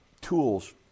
tools